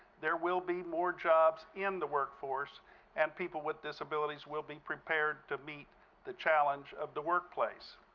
there will be more jobs in the workforce and people with disabilities will be prepared to meet the challenge of the workplace.